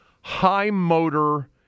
high-motor